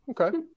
Okay